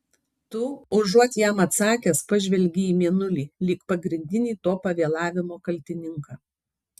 tu užuot jam atsakęs pažvelgei į mėnulį lyg pagrindinį to pavėlavimo kaltininką